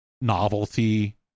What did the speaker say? novelty